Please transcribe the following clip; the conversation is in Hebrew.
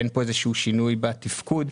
אין פה איזשהו שינוי בתפקוד.